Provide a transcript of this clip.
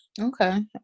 Okay